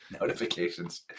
notifications